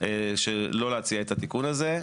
שלא להציע את התיקון הזה.